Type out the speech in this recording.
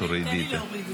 תודה רבה.